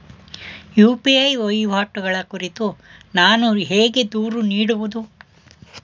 UPI ವಹಿವಾಟುಗಳ ಕುರಿತು ನಾನು ಹೇಗೆ ದೂರು ನೀಡುವುದು?